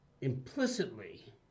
implicitly